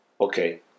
Okay